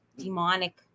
demonic